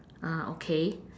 ah okay